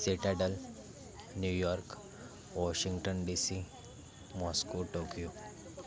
citadel New York Washington D C Moscow Tokyo